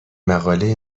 مقاله